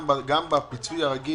גם בפיצוי הרגיל,